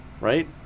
right